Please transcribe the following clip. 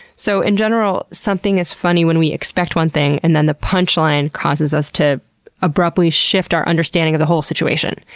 so in general, something is funny when we expect one thing, and then the punchline causes us to abruptly shift our understanding of the whole situation.